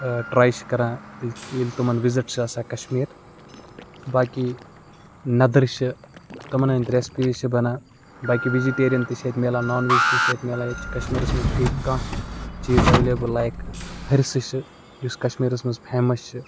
try چھِ کَران ییٚلہِ ییٚلہِ تِمَن وِزِٹ چھِ آسان کَشمیٖر باقٕے نَدٕرۍ چھِ تِمَن ہنٛدۍ ریسپیٖز چھِ بَنان باقٕے وِجٹیریَن تہِ چھِ ییٚتہِ مِلان نان ویج تہِ چھِ ییٚتہِ مِلان ییٚتہِ چھِ کَشمیٖرَس منٛز فی کانٛہہ چیٖز ایٚولیبٕل لایک ۂرِسہٕ چھِ یُس کَشمیٖرَس منٛز فیمَس چھِ